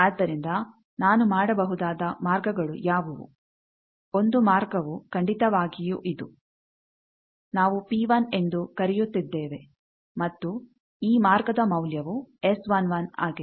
ಆದ್ದರಿಂದ ನಾನು ಮಾಡಬಹುದಾದ ಮಾರ್ಗಗಳು ಯಾವುವು ಒಂದು ಮಾರ್ಗವು ಖಂಡಿತವಾಗಿಯೂ ಇದು ನಾವು P 1 ಎಂದು ಕರೆಯುತ್ತಿದ್ದೇವೆ ಮತ್ತು ಈ ಮಾರ್ಗದ ಮೌಲ್ಯವು S11 ಆಗಿದೆ